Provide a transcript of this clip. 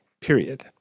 period